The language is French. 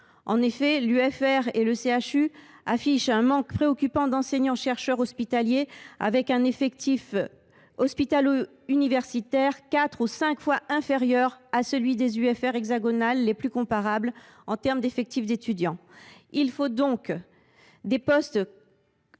de recherche (UFR) et le CHU affichent un manque préoccupant d’enseignants chercheurs hospitaliers, avec un effectif hospitalo universitaire quatre ou cinq fois inférieur à celui des UFR hexagonales comparables en termes d’effectifs d’étudiants. Il faut donc que des postes